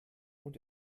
und